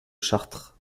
chartres